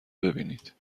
ببینید